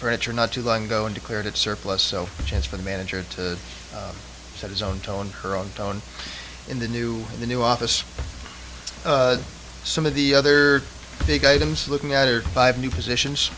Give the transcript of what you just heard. furniture not too long ago and declared it surplus so the chance for the manager to set his own tone her own tone in the new the new office some of the other big items looking at are five new positions